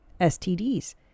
STDs